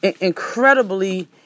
incredibly